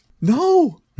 No